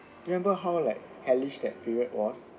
remember how like hellish that period was